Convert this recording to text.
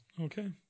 Okay